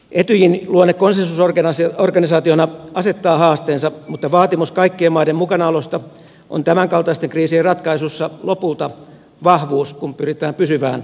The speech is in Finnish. etyjin luonne konsensusorganisaationa asettaa haasteensa mutta vaatimus kaikkien maiden mukanaolosta on tämänkaltaisten kriisien ratkaisussa lopulta vahvuus kun pyritään pysyvään ratkaisuun